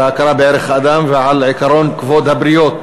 על ההכרה בערך האדם ועל עקרון כבוד הבריות,